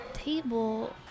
Table